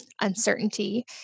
uncertainty